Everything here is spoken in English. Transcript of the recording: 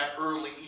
early